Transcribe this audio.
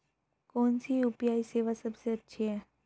कौन सी यू.पी.आई सेवा सबसे अच्छी है?